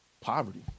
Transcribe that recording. Poverty